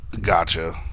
Gotcha